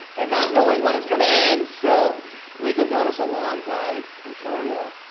and not knowing when it's going to end. so we've been doing this a long time for sure. yeah.